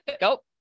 go